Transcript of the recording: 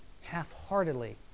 half-heartedly